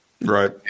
Right